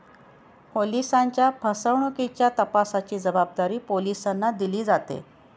ओलिसांच्या फसवणुकीच्या तपासाची जबाबदारी पोलिसांना दिली जाते